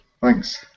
Thanks